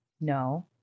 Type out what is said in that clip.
no